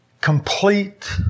complete